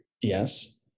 Yes